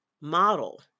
model